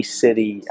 city